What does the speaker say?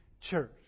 church